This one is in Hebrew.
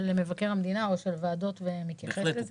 מבקר המדינה או של הוועדות ומתייחס אליהן.